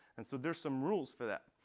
and so there's some rules for that.